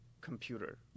computer